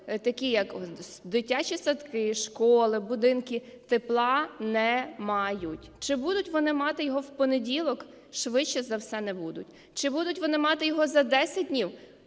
такі, як дитячі садки, школи, будинки тепла не мають. Чи будуть вони мати його в понеділок? Швидше за все, не будуть. Чи будуть вони мати його за десять днів?